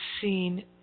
seen